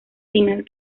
final